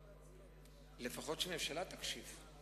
לפחות שהממשלה תקשיב,